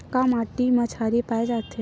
का माटी मा क्षारीय पाए जाथे?